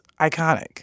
iconic